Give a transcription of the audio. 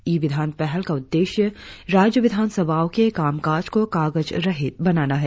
ई विधान पहल का उद्देश्य राज्य विधानसभाओं के कामकाज को कागज रहित बनाना है